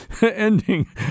ending